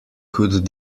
could